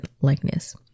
likeness